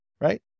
right